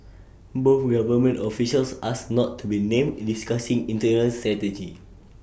both government officials asked not to be named discussing internal strategy